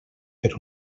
per